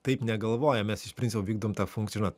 taip negalvojam mes iš principo vykdom tą funkciją žinot